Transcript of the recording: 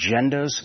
agendas